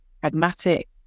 pragmatic